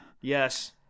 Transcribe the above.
yes